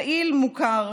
פעיל מוכר,